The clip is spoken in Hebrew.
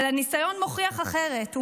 אבל הניסיון מוכיח אחרת,